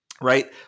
Right